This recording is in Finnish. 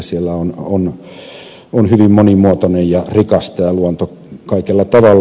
siellä on hyvin monimuotoinen ja rikas tämä luonto kaikella tavalla